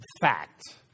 fact